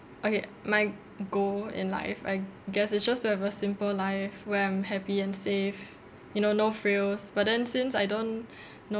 okay my goal in life I guess it's just to have a simple life where I'm happy and safe you know no frills but then since I don't know